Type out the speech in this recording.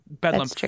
bedlam